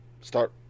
start